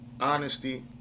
honesty